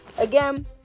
again